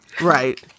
Right